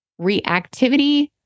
reactivity